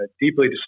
deeply